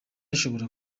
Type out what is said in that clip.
ushobora